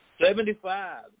Seventy-five